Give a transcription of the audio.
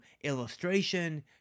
illustration